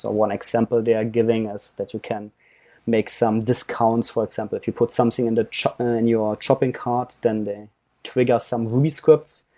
so one example there giving is that you can make some discounts, for example. if you put something and ah in and your shopping cart, then they trigger some ruby scripts,